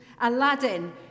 Aladdin